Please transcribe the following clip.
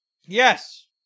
Yes